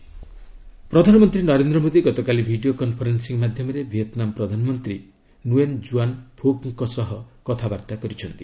PM Vietnam ପ୍ରଧାନମନ୍ତ୍ରୀ ନରେନ୍ଦ୍ର ମୋଦୀ ଗତକାଲି video conferencing ମାଧ୍ୟମରେ ଭିଏତ୍ନାମ ପ୍ରଧାନମନ୍ତ୍ରୀ ନୁଏନ୍ କୁଆନ୍ ପୁକ୍ଙ୍କ ସହ କଥାବାର୍ତ୍ତା କରିଛନ୍ତି